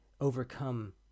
overcome